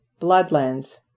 Bloodlands